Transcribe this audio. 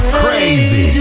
crazy